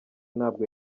ntabwo